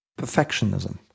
Perfectionism